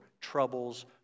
troubles